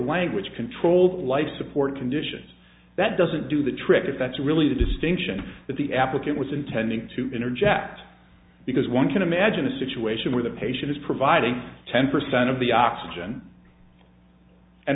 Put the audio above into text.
language controlled life support conditions that doesn't do the trick if that's really the distinction that the applicant was intending to interject because one can imagine a situation where the patient is providing ten percent of the oxygen and